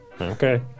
Okay